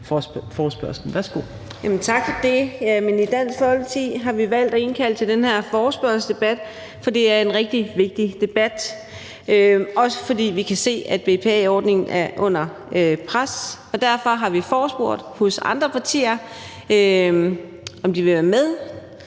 Adsbøl (DF): Tak for det. I Dansk Folkeparti har vi valgt at indkalde til den her forespørgselsdebat, fordi det er en rigtig vigtig debat, og fordi vi kan se, at BPA-ordningen er under pres. Vi har også forespurgt andre partier, om de ville være med